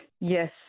Yes